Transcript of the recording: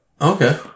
Okay